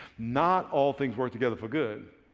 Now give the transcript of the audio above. not all things work together for good